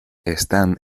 están